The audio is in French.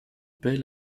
paix